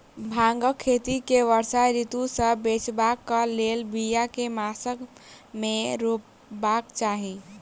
भांगक खेती केँ वर्षा ऋतु सऽ बचेबाक कऽ लेल, बिया केँ मास मे रोपबाक चाहि?